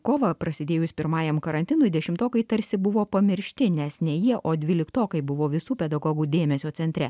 kovą prasidėjus pirmajam karantinui dešimtokai tarsi buvo pamiršti nes ne jie o dvyliktokai buvo visų pedagogų dėmesio centre